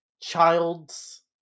child's